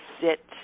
sit